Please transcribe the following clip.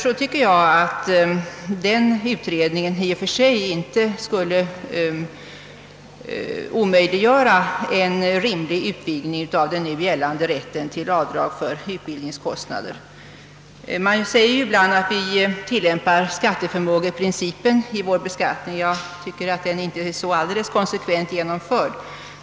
Därför tycker jag att utredningen om definitiv källskatt i och för sig inte borde omöjliggöra en rimlig utvidgning av den nu gällande rätten till avdrag för utbildningskostnader. Det sägs ibland att vi tillämpar skatteförmågeprincipen i vår beskattning. Jag tycker för min del att den inte är så alldeles konsekvent genomförd.